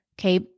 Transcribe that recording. Okay